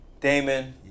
Damon